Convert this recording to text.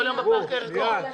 כל יום בפארק הירקון.